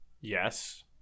Yes